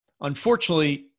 unfortunately